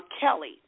Kelly